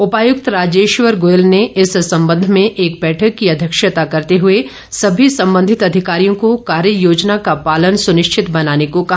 उपायुक्त राजेश्वर गोयल ने इस संबंध में एक बैठक की अध्यक्षता करते हुए सभी संबंधित अधिकारियों को कार्य योजना का पालन सुनिश्चित बनाने को कहा